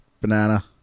banana